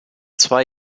zwei